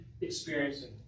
experiencing